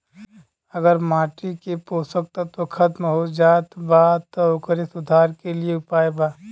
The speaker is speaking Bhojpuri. अगर माटी के पोषक तत्व खत्म हो जात बा त ओकरे सुधार के लिए का उपाय बा?